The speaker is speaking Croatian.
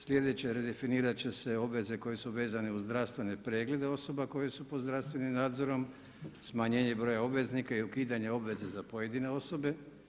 Slijedeće, redefinirat će se obveze koje su vezano uz zdravstvene preglede osoba koje su pod zdravstvenim nadzorom, smanjenje broja obveznika i ukidanje obveza za pojedine osobe.